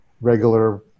regular